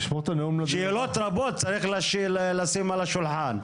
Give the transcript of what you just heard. שאלות רבות צריך לשים על השולחן.